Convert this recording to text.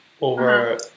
over